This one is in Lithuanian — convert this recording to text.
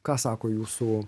ką sako jūsų